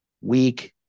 weak